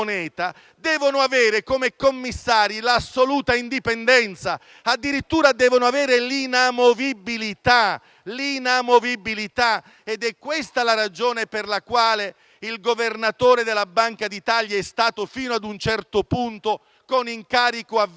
devono avere, come commissari, l'assoluta indipendenza, addirittura l'inamovibilità ed è questa la ragione per la quale il Governatore della Banca d'Italia è stato fino ad un certo punto un incarico a vita.